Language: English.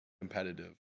competitive